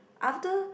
after